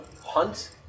hunt